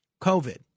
COVID